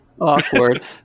Awkward